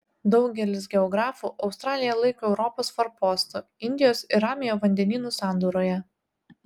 daugelis geografų australiją laiko europos forpostu indijos ir ramiojo vandenynų sandūroje